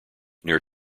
near